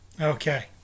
Okay